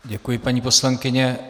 Děkuji, paní poslankyně.